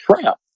trap